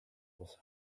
was